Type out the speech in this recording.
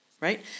right